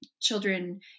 children